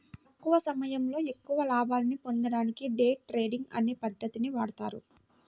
తక్కువ సమయంలో ఎక్కువ లాభాల్ని పొందడానికి డే ట్రేడింగ్ అనే పద్ధతిని వాడతారు